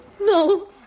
No